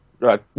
Right